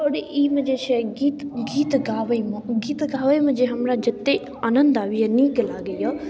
आओर ई मे जे छै गीत गीत गाबैमे गीत गाबैमे जे हमरा जतेक आनन्द आबैए नीक लागैए